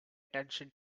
attention